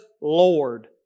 Lord